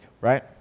right